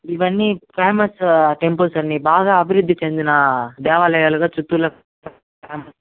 ఇవన్నీ famous temples అండి బాగా అభివృద్ధి చెందిన దేవాలయాలుగా చిత్తూరులో ఫేమస్